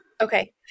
Okay